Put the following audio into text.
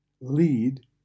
lead